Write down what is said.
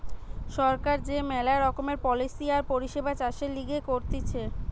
সরকার যে মেলা রকমের পলিসি আর পরিষেবা চাষের লিগে করতিছে